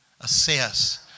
assess